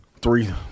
three